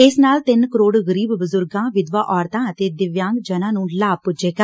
ਇਸ ਨਾਲ ਤਿੰਨ ਕਰੋੜ ਗਰੀਬ ਬਜੁਰਗਾਂ ਵਿਧਵਾਂ ਔਰਤਾਂ ਅਤੇ ਦਿਵਿਆਂਗ ਵਿਅਕਤੀਆਂ ਨੁੰ ਲਾਭ ਪੁੱਜੇਗਾ